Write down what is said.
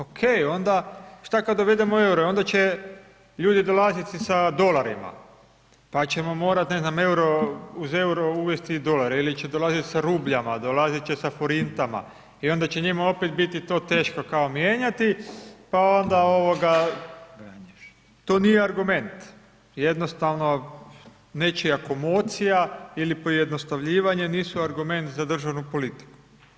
Ok, šta kada uvedemo euro, onda će ljudi dolaziti sa dolarima, pa ćemo morati uz euro uvesti i dolare ili će dolaziti sa rupijama, dolaziti će sa forintama i onda će njima opet biti to teško kao mijenjati, pa onda ovoga, to nije argument, jednostavno, nečija komocija ili pojednostavljivanje nisu argument za državnu politiku.